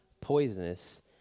poisonous